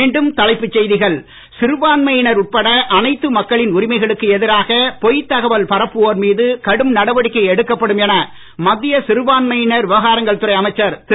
மீண்டும் தலைப்புச் செய்திகள் சிறுபான்மையினர் உட்பட அனைத்து மக்களின் உரிமைகளுக்கு எதிராக பொய்த் தகவல் பரப்புவோர் மீது கடும் நடவடிக்கை எடுக்கப்படும் என மத்திய சிறுபான்மையினர் விவகாரங்கள் துறை அமைச்சர் திரு